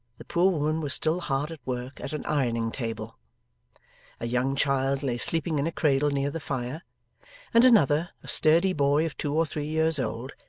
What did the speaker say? the poor woman was still hard at work at an ironing-table a young child lay sleeping in a cradle near the fire and another, a sturdy boy of two or three years old,